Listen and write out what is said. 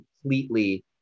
completely